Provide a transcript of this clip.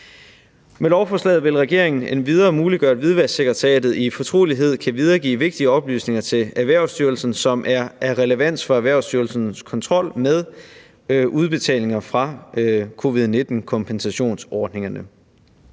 Med lovforslaget vil regeringen endvidere muliggøre, at Hvidvasksekretariatet i fortrolighed kan videregive vigtige oplysninger til Erhvervsstyrelsen, som er af relevans for Erhvervsstyrelsens kontrol med udbetalinger fra covid-19-kompensationsordningerne.